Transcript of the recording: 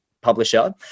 publisher